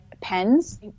pens